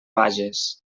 bages